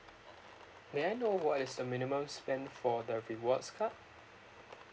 may I know what is the minimum spend for the rewards card